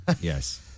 Yes